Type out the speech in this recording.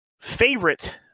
favorite